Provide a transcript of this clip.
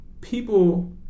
People